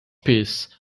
piece